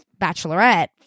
bachelorette